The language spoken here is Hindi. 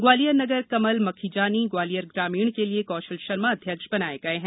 ग्वालियर नगर कमल मखीजानी ग्वालियर ग्रामीण कौशल शर्मा अध्यक्ष बनाए गए हैं